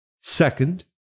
Second